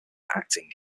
acting